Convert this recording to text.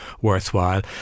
worthwhile